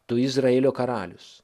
tu izraelio karalius